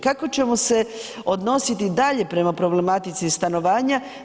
Kako ćemo se odnositi dalje prema problematici stanovanja?